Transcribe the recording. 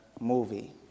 Movie